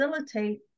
facilitate